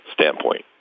standpoint